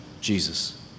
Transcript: Jesus